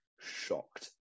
shocked